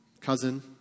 cousin